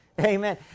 Amen